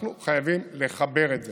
אנחנו חייבים לחבר את זה.